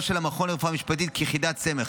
של המכון לרפואה משפטית כיחידת סמך.